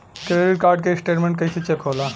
Credit card के statement कइसे check होला?